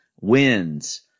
wins